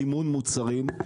סימון מוצרים.